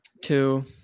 two